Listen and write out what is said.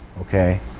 okay